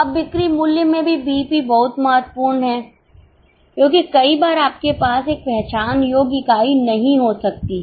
अब बिक्री मूल्य में भी बीईपी बहुत महत्वपूर्ण है क्योंकि कई बार आपके पास एक पहचान योग्य इकाई नहीं हो सकती है